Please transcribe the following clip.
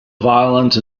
violent